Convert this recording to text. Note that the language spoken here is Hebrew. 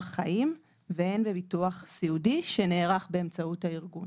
חיים והן בביטוח סיעודי שנערך באמצעות הארגון